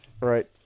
right